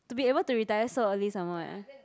to be able to retire so early some more eh